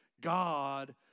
God